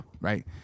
right